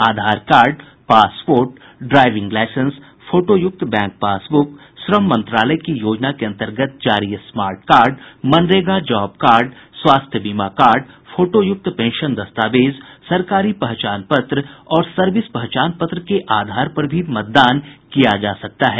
आधार card passport driving licence फोटोयुक्त bank passbook श्रम मंत्रालय की योजना के अंतर्गत जारी smart card MNREGA job card स्वास्थ्य बीमा स्मार्ट कार्ड फोटोयुक्त पेंशन दस्तावेज सरकारी पहचान पत्र और सर्विस पहचान पत्र के आधार पर भी मतदान किया जा सकता है